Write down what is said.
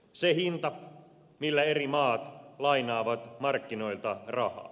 se hinta millä eri maat lainaavat markkinoilta rahaa